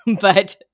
but-